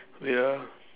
wait ah